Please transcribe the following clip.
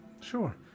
Sure